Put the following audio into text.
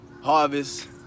harvest